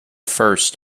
first